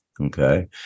okay